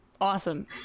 Awesome